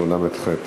יהיו ל"ח.